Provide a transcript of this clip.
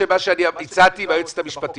מה שאני הצעתי והיועצת המשפטית,